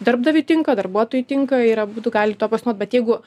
darbdaviui tinka darbuotojui tinka ir abudu gali tuo pasinaudot bet jeigu